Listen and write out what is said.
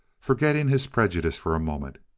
forgetting his prejudice for a moment.